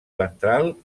ventral